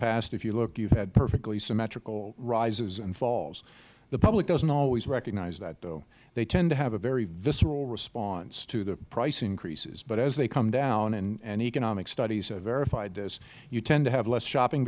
past if you look you have had perfectly symmetrical rises and falls the public does not always recognize that though they tend to have a very visile response to the price increases but as they come down and economic studies have verified this you tend to have less shopping